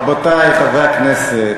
רבותי חברי הכנסת,